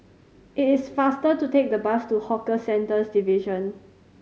it is faster to take the bus to Hawker Centres Division